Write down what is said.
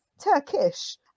Turkish